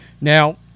Now